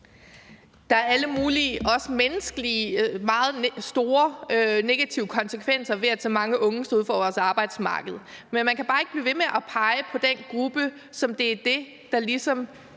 Der er alle mulige – også menneskeligt – meget store negative konsekvenser ved, at så mange unge står uden for vores arbejdsmarked. Men man kan bare ikke blive ved med at pege på den gruppe som den, der ligesom